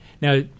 Now